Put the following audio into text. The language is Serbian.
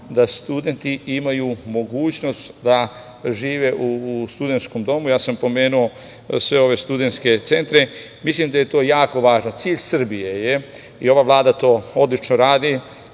da studenti imaju mogućnost da žive u studentskom domu. Ja sam pomenuo sve ove studentske centre. Mislim da je to jako važno. Cilj Srbije je i ova Vlada to odlično radi,